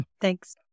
thanks